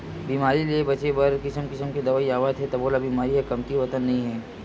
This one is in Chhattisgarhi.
बेमारी ले बचाए बर किसम किसम के दवई आवत हे तभो ले बेमारी ह कमतीयावतन नइ हे